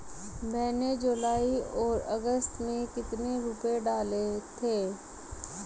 मैंने जुलाई और अगस्त में कितने रुपये डाले थे?